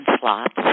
slots